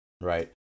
right